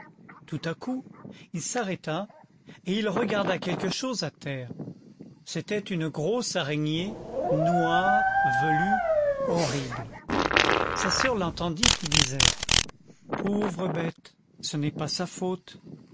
tout à coup il s'arrêta et il regarda quelque chose à terre c'était une grosse araignée noire velue horrible sa soeur l'entendit qui disait pauvre bête ce n'est pas sa faute